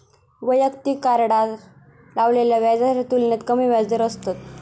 वैयक्तिक कार्डार लावलेल्या व्याजाच्या तुलनेत कमी व्याजदर असतत